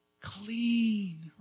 Clean